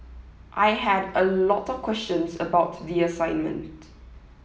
I had a lot of questions about the assignment